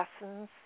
lessons